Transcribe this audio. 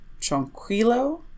Tranquilo